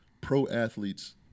pro-athletes